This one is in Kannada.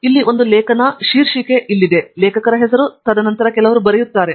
ಇಲ್ಲಿ ಒಂದು ಲೇಖನ ಶೀರ್ಷಿಕೆ ಇಲ್ಲಿದೆ ಲೇಖಕರ ಹೆಸರು ತದನಂತರ ಕೆಲವರು ಬರೆಯುತ್ತಾರೆ